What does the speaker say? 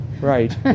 right